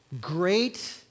Great